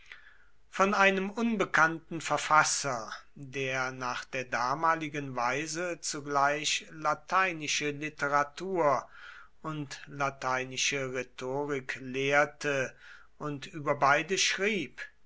von einem unbekannten verfasser der nach der damaligen weise zugleich lateinische literatur und lateinische rhetorik lehrte und über beide schrieb